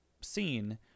scene